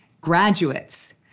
graduates